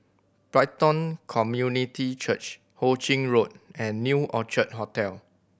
Brighton Community Church Ho Ching Road and New Orchid Hotel